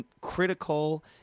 critical